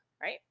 right